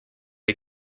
hay